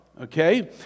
okay